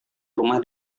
rumah